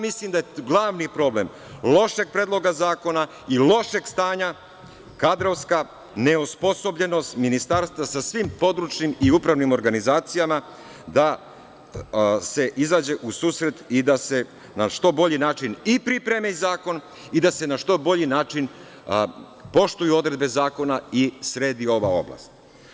Mislim da je glavni problem lošeg predloga zakona i lošeg stanja, kadrovska neosposobljenost ministarstva sa svim područnim i upravnim organizacijama da se izađe u susret i da se na što bolji način i pripremi zakon i da se na što bolji način poštuju odredbe zakona i sredi ova oblast.